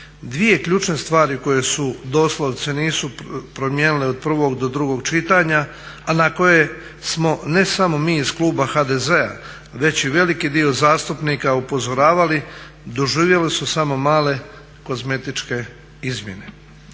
Dvije ključne stvari koje su doslovce nisu promijenile od prvog do drugog čitanja a na koje smo ne samo mi iz kluba HDZ-a već i veliki dio zastupnika upozoravali doživjeli su samo male kozmetičke izmjene.